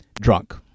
drunk